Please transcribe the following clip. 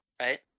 right